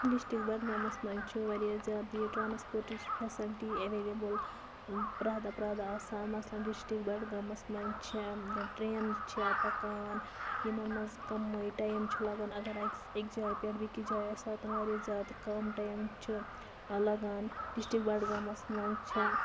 district بَڈگامَس مَنٛز چھِ واریاہ زیادٕ یہِ ٹرٛانَسپوٹٕچ فیسَلٹی اٮ۪ویلیبٕل پرٛٮ۪تھ دۄہ پرٛٮ۪تھ دۄہ آسان مَثلاً ڈِسٹرٛک بَڈگامَس مَنٛز چھےٚ ٹرٛینہٕ چھےٚ پَکان یِمَن مَنٛز کَمٕے ٹایم چھُ لَگان اگر اَکِس أکہِ جایہِ پٮ۪ٹھ بیٚیہِ کِس جایہِ آسہِ واتُن واریاہ زیادٕ کَم ٹایم چھُ لَگان ڈِسٹرٛک بَڈگامَس مَنٛز چھےٚ